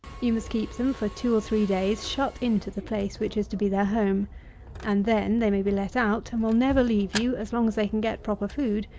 you must keep them for two or three days, shut into the place which is to be their home and then they may be let out, and will never leave you, as long as they can get proper food,